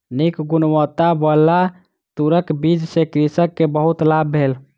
नीक गुणवत्ताबला तूरक बीज सॅ कृषक के बहुत लाभ भेल